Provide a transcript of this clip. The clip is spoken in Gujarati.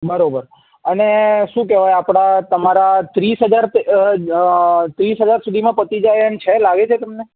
બરોબર અને શું કહેવાય આપણાં તમારા ત્રીસ હજાર ત્રીસ હજાર સુધીમાં પતી જાય એમ છે લાગે છે તમને